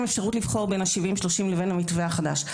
אפשרות לבחור בין ה-30%-70% לבין המתווה החדש.